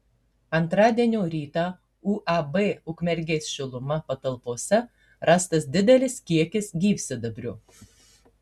antradienio rytą uab ukmergės šiluma patalpose rastas didelis kiekis gyvsidabrio